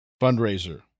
fundraiser